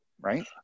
right